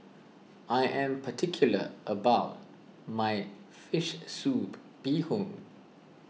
I am particular about my Fish Soup Bee Hoon